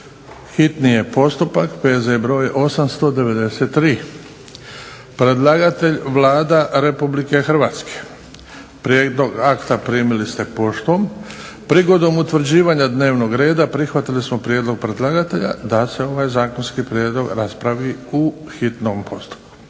čitanje, P.Z. br. 893. Predlagatelj Vlada Republike Hrvatske, prijedlog akta primili ste poštom. Prigodom utvrđivanja dnevnog reda prihvatili smo prijedlog predlagatelja da se ovaj Zakonski prijedlog raspravi u hitnom postupku.